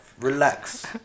Relax